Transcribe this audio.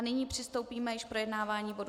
Nyní přistoupíme k projednávání bodu